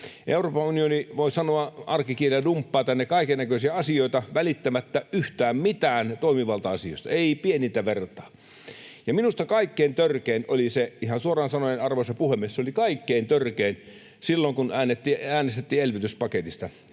Euroopan unioni, voi sanoa arkikielellä, dumppaa tänne kaikennäköisiä asioita välittämättä yhtään mitään toimivalta-asioista, ei pienintä vertaa. Ja minusta kaikkein törkein oli — ihan suoraan sanoen, arvoisa puhemies, se oli kaikkein törkein — silloin, kun äänestettiin elvytyspaketista.